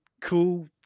cool